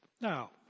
Now